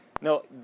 no